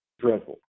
dreadful